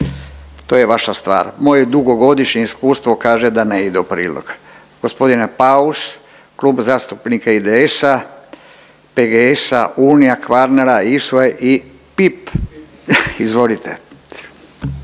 to je vaša stvar. Moje dugogodišnje iskustvo kaže da ne ide u prilog. G. Paus, Klub zastupnika IDS-a, PGS-a, Unija Kvarnera i ISU-a i PIP, izvolite.